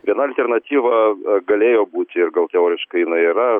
viena alternatyva galėjo būti ir gal teoriškai jinai yra